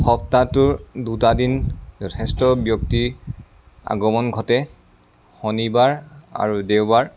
সপ্তাহটোৰ দুটা দিন যথেষ্ট ব্যক্তিৰ আগমন ঘটে শনিবাৰ আৰু দেওবাৰ